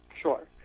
Sure